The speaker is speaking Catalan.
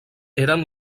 eren